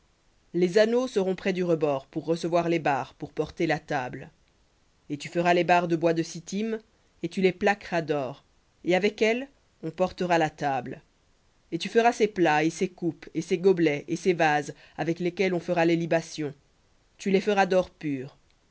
les anneaux seront près du rebord pour recevoir les barres pour porter la table et tu feras les barres de bois de sittim et tu les plaqueras d'or et avec elles on portera la table et tu feras ses plats et ses coupes et ses gobelets et ses vases avec lesquels on fera les libations tu les feras d'or pur